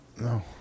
No